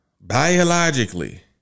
Biologically